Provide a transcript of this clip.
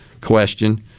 question